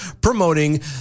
promoting